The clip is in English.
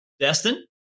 Destin